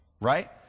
right